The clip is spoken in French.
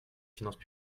finances